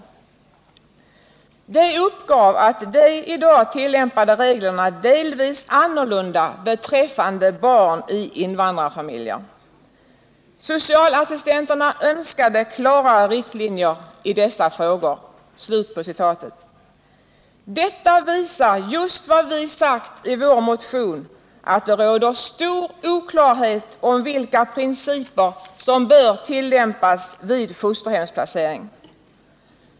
De uppgav, att de idag tillämpade reglerna delvis annorlunda beträffande barn i invandrarfamiljer. Socialassistenterna önskade klarare riktlinjer i dessa frågor.” Detta visar just vad vi har sagt i vår motion, nämligen att det råder stor oklarhet om vilka principer som bör tillämpas vid fosterhemsplacering.